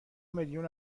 میلیون